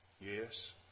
Yes